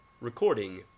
Recording